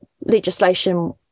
legislation